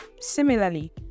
Similarly